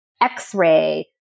x-ray